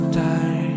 time